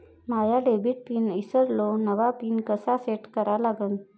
माया debit pin ईसरलो, नवा pin कसा सेट करा लागन?